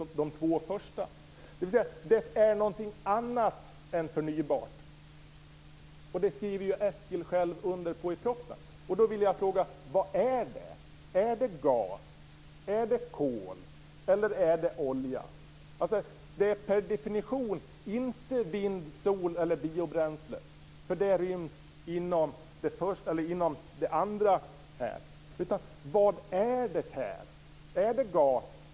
Den miljömässigt acceptabla elproduktionstekniken är någonting annat än förnybara energislag. Det skriver Eskil själv under på i propositionen. Jag vill då fråga: Vad är det? Är det gas? Är det kol? Är det olja? Det är per definition inte vind, sol eller biobränsle, för de ryms inom den andra delen. Vad är det då? Är det gas?